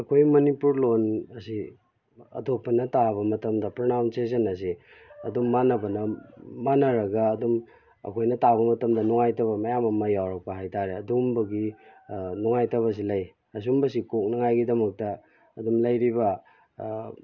ꯑꯩꯈꯣꯏ ꯃꯅꯤꯄꯨꯔ ꯂꯣꯟ ꯑꯁꯤ ꯑꯇꯣꯞꯄꯅ ꯇꯥꯕ ꯃꯇꯝꯗ ꯄ꯭ꯔꯅꯥꯎꯟꯁꯦꯁꯟ ꯑꯁꯤ ꯑꯗꯨꯝ ꯃꯥꯟꯅꯕꯅ ꯃꯥꯟꯅꯔꯒ ꯑꯗꯨꯝ ꯑꯩꯈꯣꯏꯅ ꯇꯥꯕ ꯃꯇꯝꯗ ꯅꯨꯡꯉꯥꯏꯇꯕ ꯃꯌꯥꯝ ꯑꯃ ꯌꯥꯎꯔꯛꯄ ꯍꯥꯏꯇꯥꯔꯦ ꯑꯗꯨꯒꯨꯝꯕꯒꯤ ꯅꯨꯡꯉꯥꯏꯇꯕꯁꯤ ꯂꯩ ꯑꯁꯤꯒꯨꯝꯕꯁꯤ ꯀꯣꯛꯅꯤꯡꯉꯥꯏꯒꯤꯗꯃꯛꯇ ꯑꯗꯨꯝ ꯂꯩꯔꯤꯕ